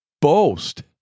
boast